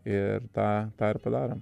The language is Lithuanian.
ir tą tą ir padarom